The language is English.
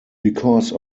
because